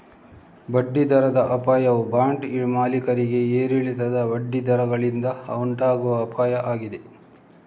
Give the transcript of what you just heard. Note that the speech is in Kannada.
ಬಡ್ಡಿ ದರದ ಅಪಾಯವು ಬಾಂಡ್ ಮಾಲೀಕರಿಗೆ ಏರಿಳಿತದ ಬಡ್ಡಿ ದರಗಳಿಂದ ಉಂಟಾಗುವ ಅಪಾಯ ಆಗಿದೆ